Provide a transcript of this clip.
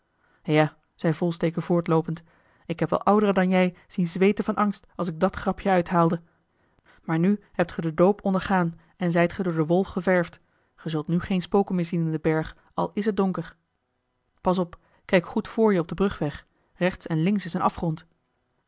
ja zei volsteke voortloopend ik heb wel ouderen dan jij zien zweeten van angst als ik dat grapje uithaalde maar nu hebt ge den doop ondergaan en zijt ge door de wol geverfd ge zult nu geen spoken meer zien in den berg al is het donker pas op kijk goed voor je op den brugweg rechts en links is een afgrond